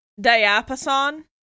Diapason